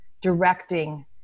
directing